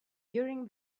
during